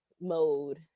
mode